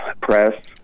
Press